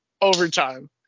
overtime